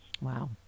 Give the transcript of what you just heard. wow